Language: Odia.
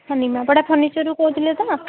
ହଁ ନିମାପଡ଼ା ଫର୍ଣ୍ଣିଚର୍ରୁ କହୁଥିଲେ ତ